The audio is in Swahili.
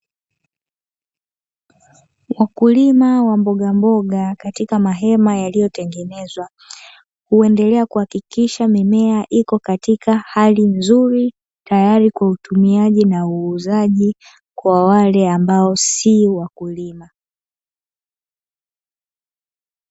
Wakulima wa mbogamboga katika mahema yaliyotengenezwa, huendelea kuhakikisha mimea iko katika hali nzuri, tayari kwa utumiaji na uuzaji kwa wale ambao si wakulima.